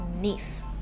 niece